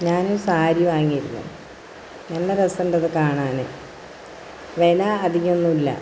ഞാനൊരു സാരി വാങ്ങിയിരുന്നു നല്ല രസമുണ്ടത് കാണാന് വില അധികമൊന്നുമില്ല